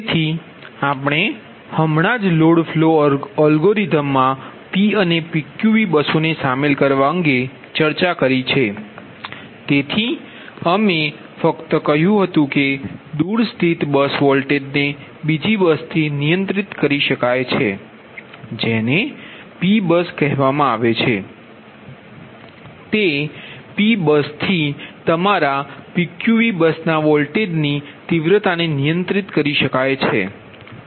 તેથી અમે ફક્ત કહ્યું હતુ કે દૂર સ્થિત બસ વોલ્ટેજને બીજી બસથી નિયંત્રિત કરી શકાય છે જેને P બસ કહેવામાં આવે છે તે P બસ થી તમારા PQV બસના વોલ્ટેજની તીવ્રતાને નિયંત્રિત કરી શકાય છે